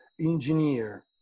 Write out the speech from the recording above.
engineer